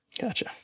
Gotcha